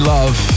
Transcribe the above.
Love